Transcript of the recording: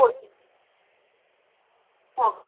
okay ஆ